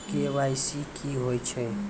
KYC की होय छै?